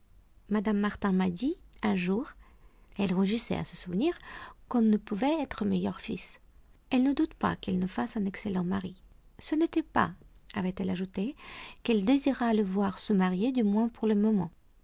mme martin m'a dit un jour elle rougissait à ce souvenir qu'on ne pouvait être meilleur fils elle ne doute pas qu'il ne fasse un excellent mari ce n'était pas avait-elle ajouté qu'elle désirât le voir se marier du moins pour le moment